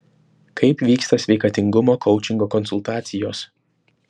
kaip vyksta sveikatingumo koučingo konsultacijos